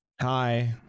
Hi